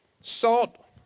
Salt